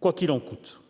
quoi qu'il en coûte.